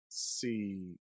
See